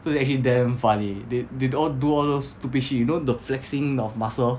so it's actually damn funny they they do all do all those stupid shit you know the flexing of muscle